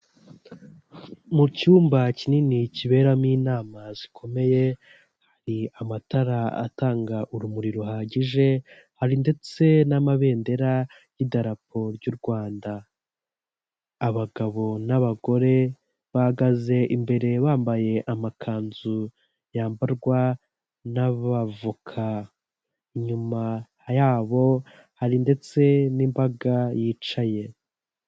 Mu cyumba kinini kiberamo inama zikomeye hari amatara atanga urumuri ruhagije hari ndetse n'amabendera y'idalapo ry'u rwanda, abagabo n'abagore bahagaze imbere bambaye amakanzu yambarwa n'abavoka inyuma yabo hari ndetse n'imbaga yicaye.